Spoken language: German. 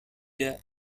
der